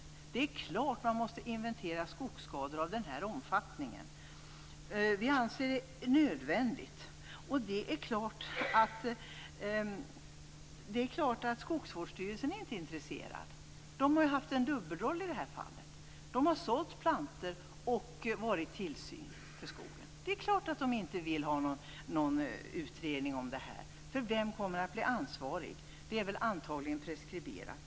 Det är klart att man måste inventera skogsskador av den här omfattningen. Vi anser att det är nödvändigt. Det är klart att Skogsvårdsstyrelsen inte är intresserad. De har ju haft en dubbelroll i det här fallet. De har sålt plantor och haft tillsynen över skogen. Det är klart att de inte vill ha någon utredning om detta. Vem kommer att bli ansvarig? Det är väl antagligen preskriberat.